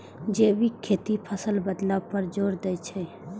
जैविक खेती फसल बदलाव पर जोर दै छै